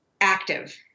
active